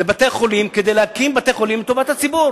כדי להקים בתי-חולים לטובת הציבור,